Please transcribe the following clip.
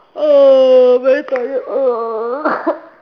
oh very tired uh